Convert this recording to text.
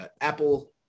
Apple